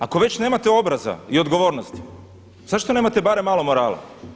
Ako već nemate obraza i odgovornosti zašto nemate barem malo morala?